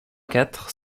quatre